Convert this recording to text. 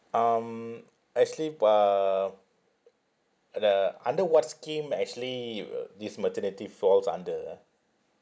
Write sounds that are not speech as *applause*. um actually p~ uh uh the under what scheme actually *noise* this maternity falls under ah